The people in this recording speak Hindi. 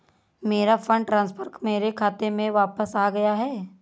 मेरा फंड ट्रांसफर मेरे खाते में वापस आ गया है